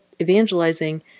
evangelizing